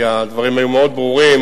כי הדברים היו מאוד ברורים,